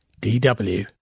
DW